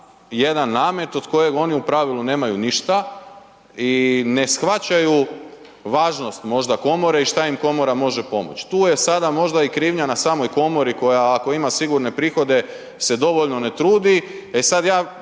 jedan namet od kojih oni u pravilu nemaju ništa i ne shvaćaju važnost možda komore i šta im komora može pomoć. Tu je sada možda i krivnja na samoj komori koja ako ima sigurne prihode se dovoljno ne trudi,